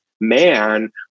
man